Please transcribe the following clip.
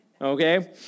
Okay